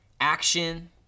action